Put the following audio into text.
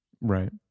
Right